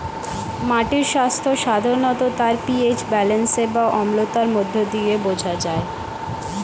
মাটির স্বাস্থ্য সাধারণত তার পি.এইচ ব্যালেন্স বা অম্লতার মধ্য দিয়ে বোঝা যায়